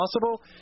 possible